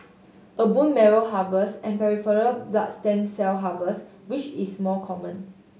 a bone marrow harvest and peripheral blood stem cell harvest which is more common